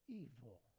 evil